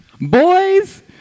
Boys